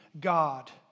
God